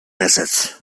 ezetz